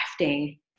crafting